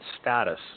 status